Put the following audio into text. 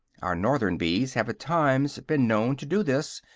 our northern bees have at times been known to do this,